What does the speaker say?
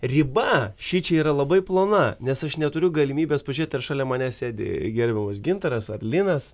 riba šičia yra labai plona nes aš neturiu galimybės pažiūrėt ar šalia manęs sėdi gerbiamas gintaras ar linas